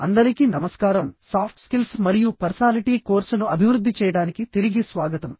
అందరికీ నమస్కారంసాఫ్ట్ స్కిల్స్ మరియు పర్సనాలిటీ కోర్సును అభివృద్ధి చేయడానికి తిరిగి స్వాగతం